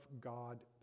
God